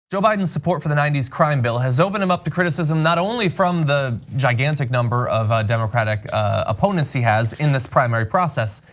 joe biden's support for the ninety s crime bill has opened him up to criticism not only from the gigantic number of democratic opponents he has in this primary process,